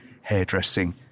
hairdressing